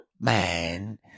man